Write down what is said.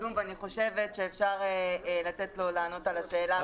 ב-זום ואני חושבת שאפשר לתת לו לענות על השאלה.